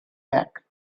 back